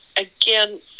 again